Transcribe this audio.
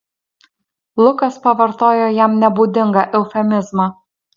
lukas pavartojo jam nebūdingą eufemizmą